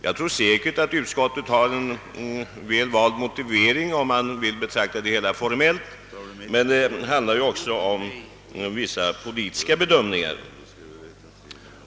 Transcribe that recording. Jag tror säkert att utskottets motivering är väl vald, om man vill betrakta det hela formellt, men det gäller ju också vissa politiska bedömningar.